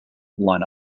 line